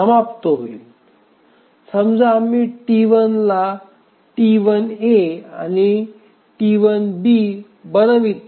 समजा आम्ही T1 ला T1 aआणि T1 b बनवितो